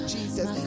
Jesus